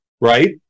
right